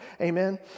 Amen